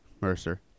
Mercer